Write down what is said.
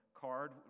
card